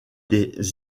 des